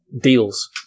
deals